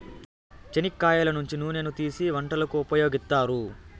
చెనిక్కాయల నుంచి నూనెను తీసీ వంటలకు ఉపయోగిత్తారు